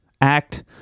act